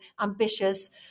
ambitious